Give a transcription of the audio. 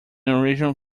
original